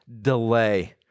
delay